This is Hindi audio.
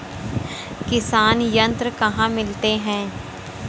किसान यंत्र कहाँ मिलते हैं?